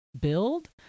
build